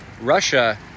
Russia